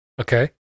Okay